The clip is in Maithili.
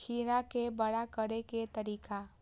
खीरा के बड़ा करे के तरीका?